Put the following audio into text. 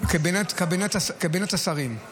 קבינט השרים,